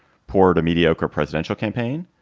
poor to mediocre presidential campaign.